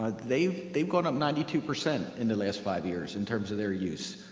they've they've gone up ninety two percent in the last five years, in terms of their use.